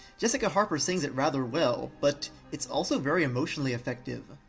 jessica harper sings it rather well, but it's also very emotionally effective.